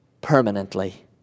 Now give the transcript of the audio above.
permanently